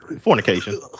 Fornication